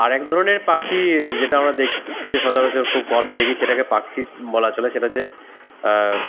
আর এক ধরনের পাখি যেটা আমরা দেখতে সচরাচর খুব কমই দেখি সেটাকে পাখি বলা চলে সেটা হচ্ছে